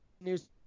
news